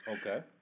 Okay